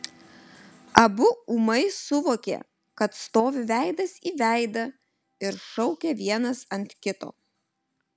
abu ūmai suvokė kad stovi veidas į veidą ir šaukia vienas ant kito